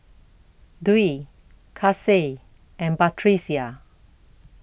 Dwi Kasih and Batrisya